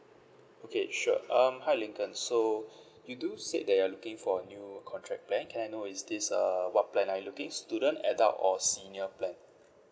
okay sure um hi lincoln so you do said that you are looking for a new contract plan can I know is this uh what plan are you looking student adult or senior plan